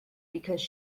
because